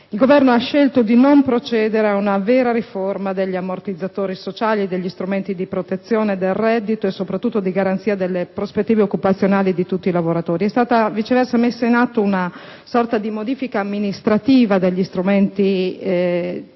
il Governo stesso ha scelto di non procedere ad una vera riforma degli ammortizzatori sociali e degli strumenti di protezione del reddito e, soprattutto, di garanzia delle prospettive occupazionali di tutti i lavoratori. Viceversa, è stata messa in atto una sorta di modifica amministrativa degli strumenti